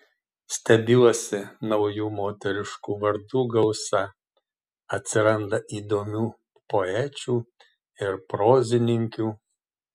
stebiuosi naujų moteriškų vardų gausa atsiranda įdomių poečių ir prozininkių